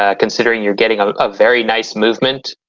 ah considering you're getting a very nice movement,